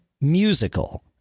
musical